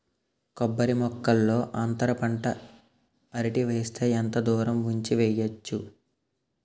కొబ్బరి మొక్కల్లో అంతర పంట అరటి వేస్తే ఎంత దూరం ఉంచి వెయ్యొచ్చు?